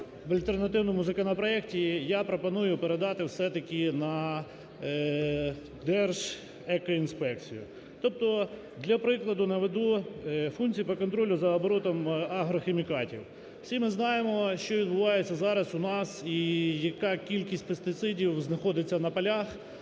альтернативному законопроекті я пропоную передати все-таки на Держекоінспекцію. Для прикладу наведу функції по контролю за оборотом агрохімікатів. Всі ми знаємо, що відбувається зараз у нас і яка кількість пестицидів знаходиться на полях,